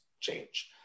change